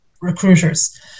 recruiters